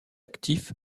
actif